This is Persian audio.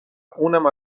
اونم